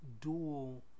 dual